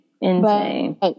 Insane